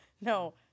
No